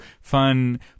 fun